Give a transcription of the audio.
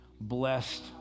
blessed